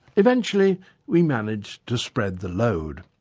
eventually we managed to spread the load.